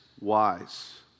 wise